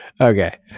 Okay